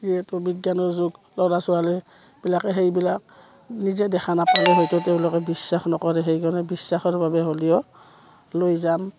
যিহেতু বিজ্ঞানৰ যুগ ল'ৰা ছোৱালীবিলাকে সেইবিলাক নিজে দেখা নাপায় হয়তো তেওঁলোকে বিশ্বাস নকৰে সেইকাৰণে বিশ্বাসৰ বাবে হ'লেও লৈ যাম